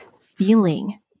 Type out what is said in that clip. feeling